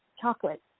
chocolate